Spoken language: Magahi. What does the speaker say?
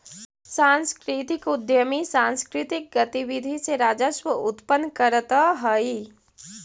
सांस्कृतिक उद्यमी सांकृतिक गतिविधि से राजस्व उत्पन्न करतअ हई